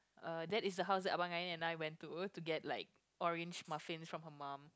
uh that is the house that abang ain and I went to to get like orange muffin from her mum